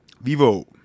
Vivo